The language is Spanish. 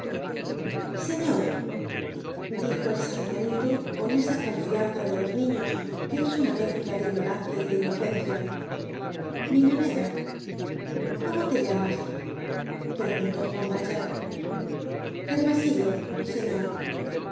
señor dijo el saboyanito con esa confianza de los niños que es una mezcla de ignorancia y de inocencia mi moneda cómo te llamas preguntó juan valjean gervasillo señor